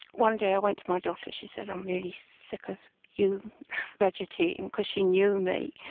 one day i went to my daughter, she said i'm really sick of you vegetating, because she knew me.